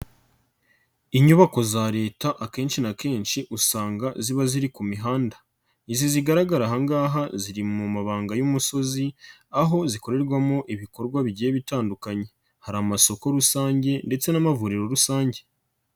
Inyubako za Leta akenshi na kenshi usanga ziba ziri ku mihanda, izi zigaragara aha ngaha ziri mu mabanga y'umusozi aho zikorerwamo ibikorwa bigiye bitandukanye, hari amasoko rusange ndetse n'amavuriro rusange.